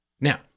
now